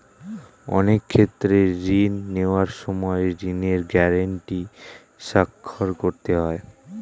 অনেক ক্ষেত্রে ঋণ নেওয়ার সময় ঋণের গ্যারান্টি স্বাক্ষর করতে হয়